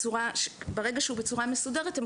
כי ברגע שהוא יוצא בצורה מסודרת אז הם